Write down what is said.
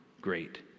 great